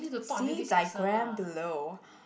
see diagram below